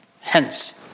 Hence